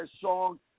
song